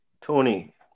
Tony